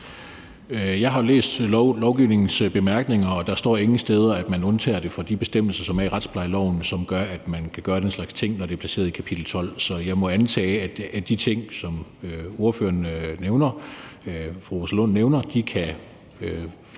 Jeg har jo læst lovgivningens bemærkninger, og der står ingen steder, at man undtager det fra de bestemmelser, som er i retsplejeloven, og som gør, at man kan gøre den slags ting, når det er placeret i kapitel 12. Så jeg må antage, at de ting, som fru Rosa Lund nævner, kan forekomme.